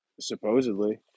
Supposedly